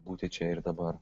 būti čia ir dabar